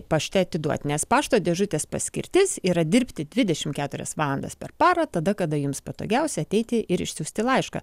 pašte atiduoti nes pašto dėžutės paskirtis yra dirbti dvidešimt keturias valandas per parą tada kada jums patogiausia ateiti ir išsiųsti laišką